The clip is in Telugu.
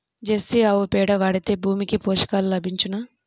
జెర్సీ ఆవు పేడ వాడితే భూమికి పోషకాలు లభించునా?